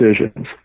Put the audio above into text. decisions